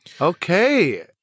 Okay